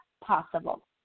possible